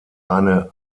eine